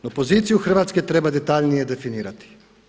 No poziciju Hrvatske treba detaljnije definirati.